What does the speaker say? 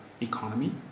economy